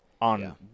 on